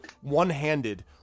one-handed